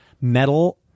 metal